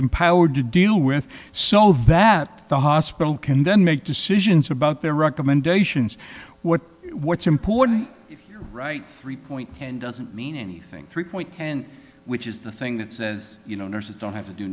empowered to deal with so that the hospital can then make decisions about their recommendations what what's important right three point plan doesn't mean anything three point ten which is the thing that says you know nurses don't have t